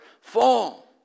fall